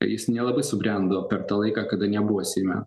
jis nelabai subrendo per tą laiką kada nebuvo seime